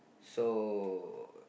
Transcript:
so